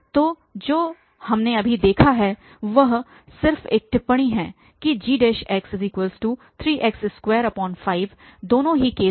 तो जो हमने अभी देखा है वह सिर्फ एक टिप्पणी है कि gx3x25दोनों ही केसेस में